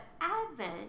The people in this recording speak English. Advent